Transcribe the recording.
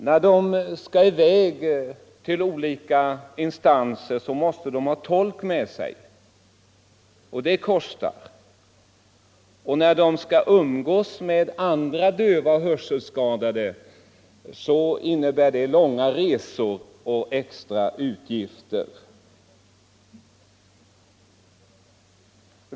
När vederbörande skall besöka olika instanser måste de ha tolk med sig och det kostar, och när de skall umgås med andra hörselskadade blir det ofta långa resor och extra utgifter.